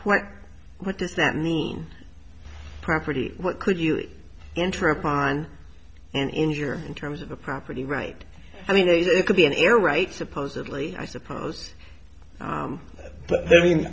what what does that mean property what could you enter upon and injure in terms of the property right i mean it could be an error right supposedly i suppose but i mean